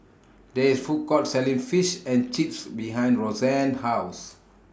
There IS Food Court Selling Fish and Chips behind Roxann's House